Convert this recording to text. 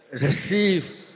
receive